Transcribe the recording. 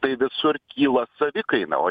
tai visur kyla savikaina o